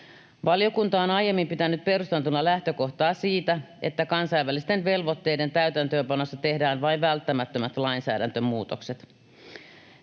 Valiokunta on aiemmin pitänyt perusteltuna lähtökohtaa, että kansainvälisten velvoitteiden täytäntöönpanossa tehdään vain välttämättömät lainsäädäntömuutokset.